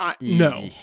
no